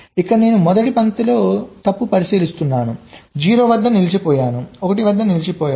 ఇక్కడ నేను మొదటి పంక్తిలో తప్పును పరిశీలిస్తున్నాను 0 వద్ద నిలిచిపోయాను 1 వద్ద నిలిచిపోయాను